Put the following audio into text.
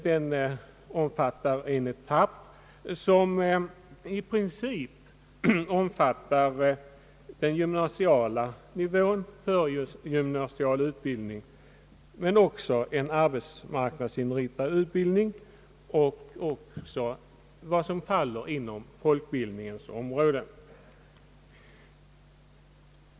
Den avser en etapp som i princip omfattar den gymnasiala utbildningsnivån men också en arbetsmarknadsinriktad utbildning och vad som faller inom folkbildningens område.